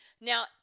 Now